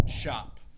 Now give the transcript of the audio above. shop